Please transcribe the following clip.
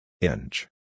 Inch